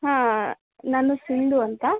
ಹಾಂ ನಾನು ಸಿಂಧು ಅಂತ